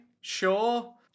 sure